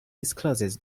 discloses